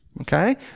Okay